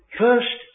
first